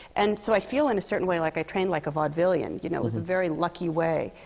and so, i feel in a certain way, like, i trained like a vaudevillian. you know, it was a very lucky way